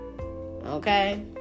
Okay